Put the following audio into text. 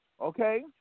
Okay